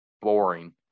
Boring